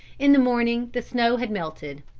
in the morning the snow had melted,